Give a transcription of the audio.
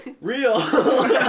real